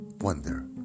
Wonder